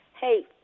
hey